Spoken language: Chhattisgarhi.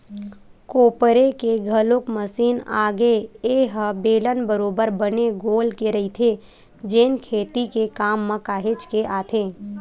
कोपरे के घलोक मसीन आगे ए ह बेलन बरोबर बने गोल के रहिथे जेन खेती के काम म काहेच के आथे